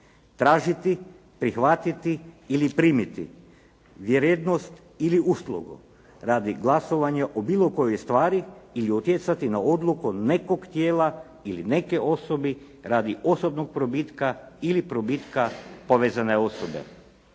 tražiti, prihvatiti ili primiti vrijednost ili uslugu radi glasovanja o bilo kojoj stvari ili utjecati na odluku nekog tijela ili neke osobe radi osobnog probitka ili probitka povezane osobe,